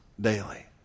daily